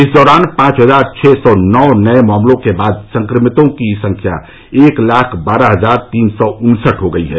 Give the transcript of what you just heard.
इस दौरान पांच हजार छः सौ नौ नए मामलों के बाद संक्रमित लोगों की संख्या एक लाख बारह हजार तीन सौ उन्सठ हो गई है